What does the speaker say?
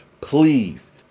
Please